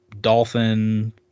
Dolphin